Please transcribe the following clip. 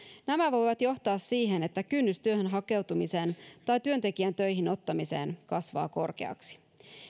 nämä voivat johtaa siihen että kynnys työhön hakeutumiseen tai työntekijän töihin ottamiseen kasvaa korkeaksi